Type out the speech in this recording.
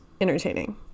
entertaining